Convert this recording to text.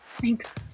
Thanks